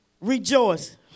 rejoice